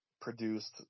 produced